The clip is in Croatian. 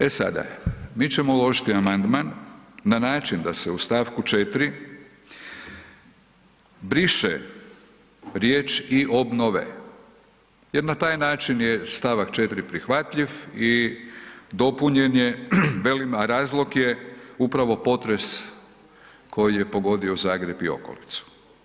E sada, mi ćemo uložiti amandman na način da se u st. 4.briše riječ „i obnove“, jer na taj način je st. 4.prihvatljiv i dopunjen je velim, a razlog je upravo potres koji je pogodio Zagreb i okolicu.